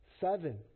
seven